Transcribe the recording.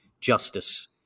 justice